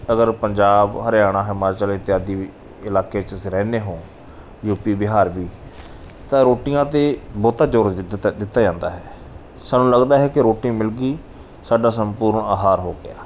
ਅਗਰ ਪੰਜਾਬ ਹਰਿਆਣਾ ਹਿਮਾਚਲ ਅਤੇ ਆਦਿ ਇਲਾਕੇ ਵਿੱਚ ਤੁਸੀਂ ਰਹਿੰਦੇ ਹੋ ਯੂ ਪੀ ਬਿਹਾਰ ਵੀ ਤਾਂ ਰੋਟੀਆਂ 'ਤੇ ਬਹੁਤਾ ਜੋਰ ਦਿੱਤਾ ਜਾਂਦਾ ਹੈ ਸਾਨੂੰ ਲੱਗਦਾ ਹੈ ਕਿ ਰੋਟੀ ਮਿਲ ਗਈ ਸਾਡਾ ਸੰਪੂਰਨ ਆਹਾਰ ਹੋ ਗਿਆ